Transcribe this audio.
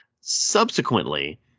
Subsequently